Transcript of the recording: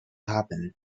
happen